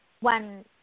one